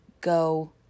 go